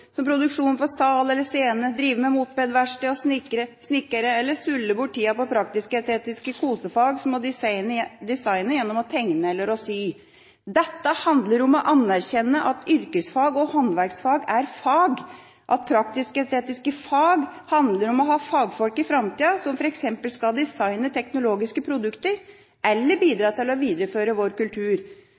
som produksjon for sal eller scene, drive med mopedverksted, snekre eller sulle bort tida på praktisk-estetiske kosefag, som å designe gjennom å tegne eller sy. Dette handler om å anerkjenne at yrkesfag og håndverksfag er fag, at praktisk-estetiske fag handler om å ha fagfolk i framtida, som f.eks. skal designe teknologiske produkter eller bidra til å videreføre vår kultur.